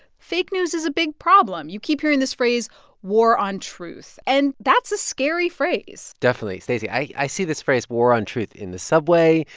fake news is a big problem. you keep hearing this phrase war on truth. and that's a scary phrase definitely. stacey, i see this phrase war on truth on the subway.